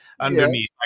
underneath